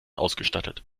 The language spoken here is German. ausgestattet